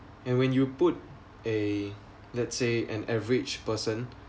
and when you put a let's say an average person